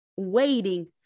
waiting